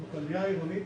בכלביה העירונית